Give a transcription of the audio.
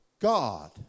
God